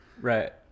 right